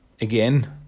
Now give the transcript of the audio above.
again